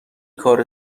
کار